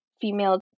female